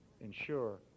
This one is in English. ensure